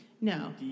No